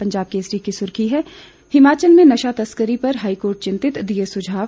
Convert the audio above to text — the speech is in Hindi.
पंजाब केसरी की सुर्खी है हिमाचल में नशा तस्करी पर हाईकोर्ट चिंतित दिए सुझाव